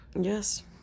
Yes